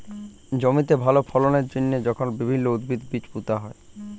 জমিতে ভাল ফললের জ্যনহে যখল বিভিল্ল্য উদ্ভিদের বীজ পুঁতা হ্যয়